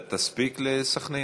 יחיא, אתה תספיק לסח'נין?